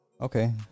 okay